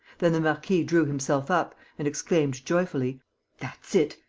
then the marquis drew himself up and exclaimed, joyfully that's it.